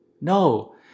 No